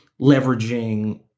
leveraging